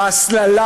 והסללה.